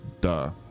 Duh